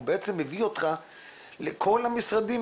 הוא בעצם מביא אותך לכל המשרדים,